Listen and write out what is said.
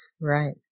right